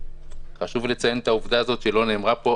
חשוב לציין את העובדה הזאת שלא נאמרה פה,